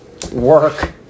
work